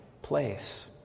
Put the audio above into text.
Place